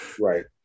Right